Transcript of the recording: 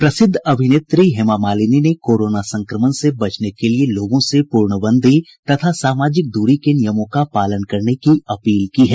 प्रसिद्ध अभिनेत्री हेमा मालिनी ने कोरोना संक्रमण से बचने के लिए लोगों से पूर्णबंदी तथा सामाजिक दूरी के नियमों का पालन करने की अपील की है